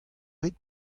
rit